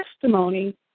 testimony